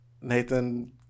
Nathan